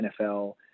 NFL